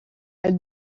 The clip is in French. elle